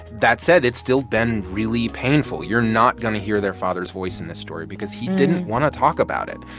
that said, it's still been really painful. you're not going to hear their father's voice in this story because he didn't want to talk about it.